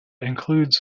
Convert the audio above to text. includes